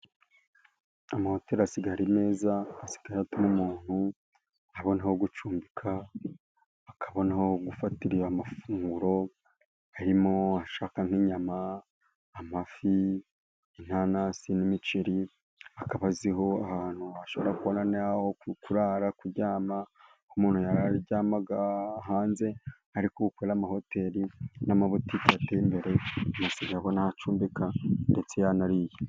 Amahoteri asigagara meza asigaye atuma n' umuntu abona aho gucumbika, akabonaho gufatira amafunguro arimo ashaka nk'inyama, amafi, intanasi, n'imiceri akaba aziko hari ahantu hashobora kubona naho kurara, kuryama umuntu yarari aryamaga hanze ariko ubu kubera amahoteri ateye imbere, umuntu asiga abona aho acumbika ndetse yanariye.